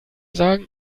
sagen